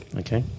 okay